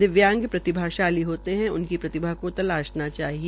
दिव्यांग प्रतिभाशाली होते है उनकी प्रतिभा को तलाशना चाहिए